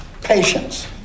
Patience